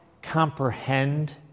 comprehend